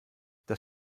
das